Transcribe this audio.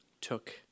took